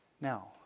Now